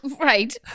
Right